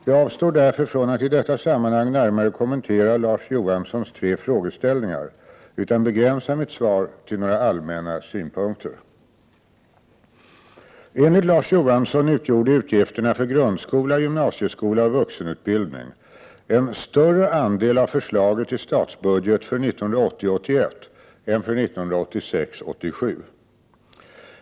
Jag avstår därför från att i detta sammanhang närmare kommentera Larz Johanssons tre frågeställningar och begränsar mitt svar till några allmänna synpunkter. Enligt Larz Johansson utgjorde utgifterna för grundskola, gymnasieskola och vuxenutbildning en större andel av förslaget till statsbudget för 1980 87.